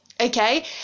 Okay